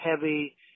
heavy